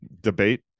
debate